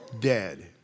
dead